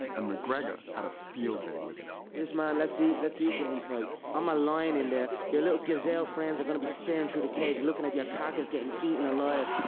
and mcgregor had a field day with it. this man, let's see, let's see, can he fight. i'm a lion in there. your little gazelle friends are gonna be staring through the cage looking at your carcass getting eaten alive.